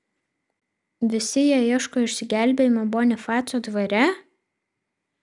visi jie ieško išsigelbėjimo bonifaco dvare